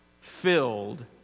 filled